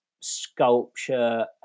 sculpture